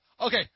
Okay